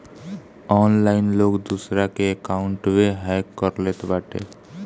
online लोग दूसरा के अकाउंटवे हैक कर लेत बाटे